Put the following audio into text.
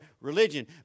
religion